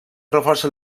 reforça